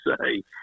say